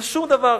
זה שום דבר.